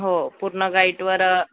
हो पूर्ण गाइडवर